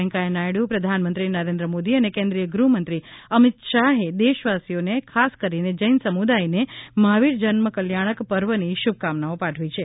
વૈંકેયા નાયડુ પ્રધાનમંત્રી નરેન્દ્ર મોદી અને કેન્દ્રિય ગૃહમંત્રી અમિત શાહે દેશવાસીઓ ખાસ કરીને જૈન સમુદાયને મહાવીર જન્મકલ્યાણક પર્વની શુભકામનાઓ પાઠવી છે